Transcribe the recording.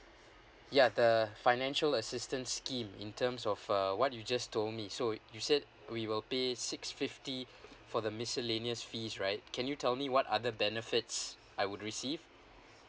ya the financial assistance scheme in terms of uh what you just told me so you said we will pay six fifty for the miscellaneous fees right can you tell me what other benefits I would receive